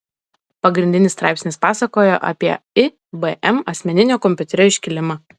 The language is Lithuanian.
pagrindinis straipsnis pasakojo apie ibm asmeninio kompiuterio iškilimą